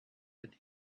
and